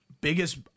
biggest